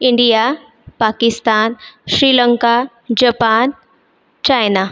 India Pakistan Sri Lanka Japan China